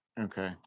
okay